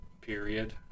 period